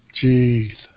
Jesus